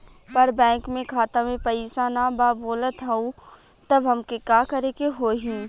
पर बैंक मे खाता मे पयीसा ना बा बोलत हउँव तब हमके का करे के होहीं?